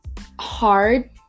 hard